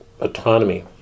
autonomy